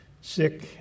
sick